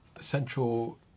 central